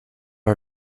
are